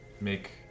make